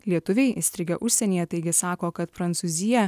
lietuviai įstrigę užsienyje taigi sako kad prancūzija